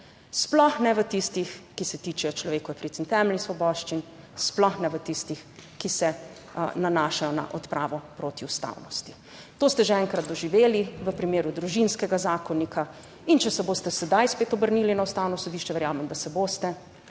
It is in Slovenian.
sploh ne v tistih, ki se tičejo človekovih pravic in temeljnih svoboščin, sploh ne v tistih, ki se nanašajo na odpravo protiustavnosti. To ste že enkrat doživeli v primeru Družinskega zakonika in če se boste sedaj spet obrnili na Ustavno sodišče, verjamem, da se boste,